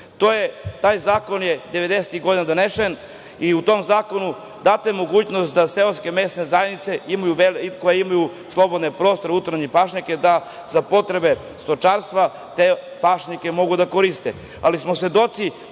Taj zakon je 90-tih godina donesen i u tom zakon data je mogućnost da seoske mesne zajednice, koje imaju slobodne prostore, utrine i pašnjake, da za potrebe stočarstvo te pašnjake mogu da koriste. Svedoci